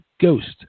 Ghost